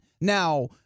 Now –